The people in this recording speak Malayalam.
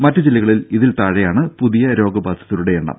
മറ്റ് ജില്ലകളിൽ ഇതിനുതാഴെയാണ് പുതിയ രോഗബാധിതരുടെ എണ്ണം